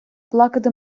плакати